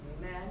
Amen